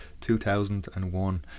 2001